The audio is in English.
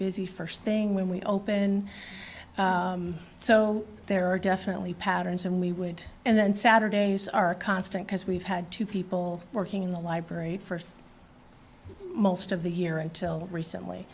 busy first thing when we open so there are definitely patterns and we would and saturdays are constant because we've had two people working in the library first most of the year until recently